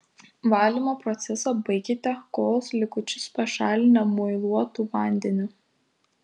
valymo procesą baikite kolos likučius pašalinę muiluotu vandeniu